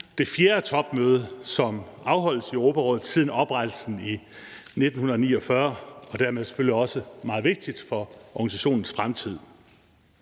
det fjerde topmøde, som afholdes i Europarådet siden oprettelsen i 1949, og dermed er det selvfølgelig også meget vigtigt for organisationens fremtid.